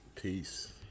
Peace